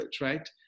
right